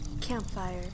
Campfire